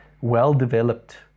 well-developed